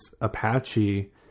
Apache